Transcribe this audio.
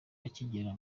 akigera